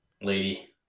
lady